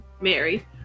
mary